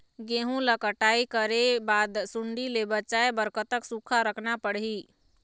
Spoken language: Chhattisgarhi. गेहूं ला कटाई करे बाद सुण्डी ले बचाए बर कतक सूखा रखना पड़ही?